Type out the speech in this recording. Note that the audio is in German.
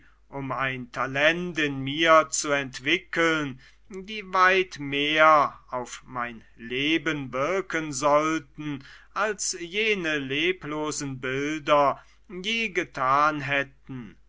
um ein talent in mir zu entwickeln die weit mehr auf mein leben wirken sollten als jene leblosen bilder je getan hätten